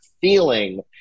feeling